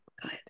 Good